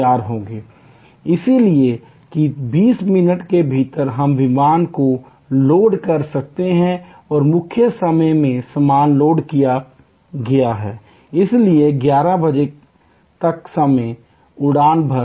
इसलिए कि 20 मिनट के भीतर हम विमान को लोड कर सकते हैं और मुख्य समय में सामान लोड किया गया है इसलिए 11 बजे तक उड़ान भर सकते हैं